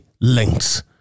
links